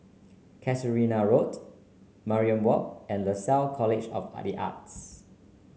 Casuarina Road Mariam Walk and Lasalle College of the Arts